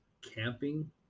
camping